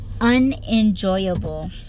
unenjoyable